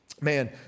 man